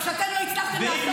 מה שאתם לא הצלחתם לעשות,